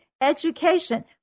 education